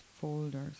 folders